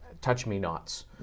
touch-me-nots